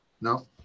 No